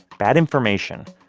bad information,